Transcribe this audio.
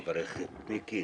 מברך את מיקי,